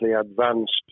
advanced